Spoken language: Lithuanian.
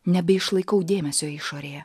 nebeišlaikau dėmesio išorėje